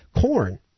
corn